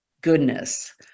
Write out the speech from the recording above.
goodness